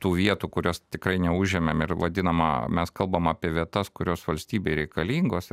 tų vietų kurias tikrai neužėmėm ir vadinama mes kalbame apie vietas kurios valstybei reikalingos